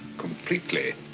completely.